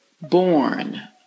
born